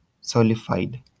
solidified